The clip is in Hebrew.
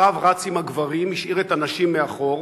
הרב רץ עם הגברים, השאיר את הנשים מאחור.